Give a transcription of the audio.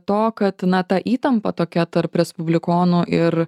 to kad na ta įtampa tokia tarp respublikonų ir